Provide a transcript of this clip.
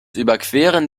überqueren